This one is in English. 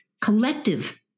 collective